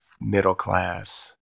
middle-class